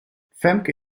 femke